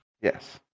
Yes